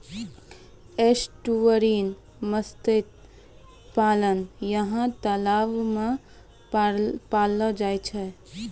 estuarine मत्स्य पालन यहाँ पर तलाव मे पाललो जाय छै